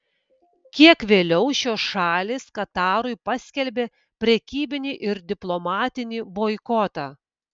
kiek vėliau šios šalys katarui paskelbė prekybinį ir diplomatinį boikotą